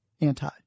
anti